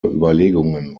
überlegungen